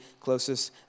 closest